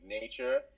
nature